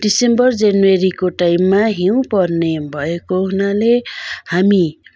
December जनवरीको टाइममा हिउँ पर्ने भएको हुनाले हामी